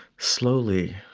slowly.